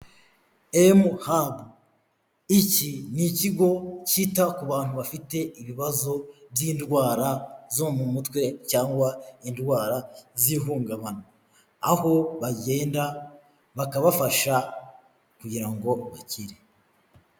Emuhabu (m hab), iki ni ikigo cyita ku bantu bafite ibibazo by'indwara zo mu mutwe cyangwa indwara z'ihungabana, aho bagenda bakabafasha kugira ngo bikire.